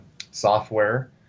software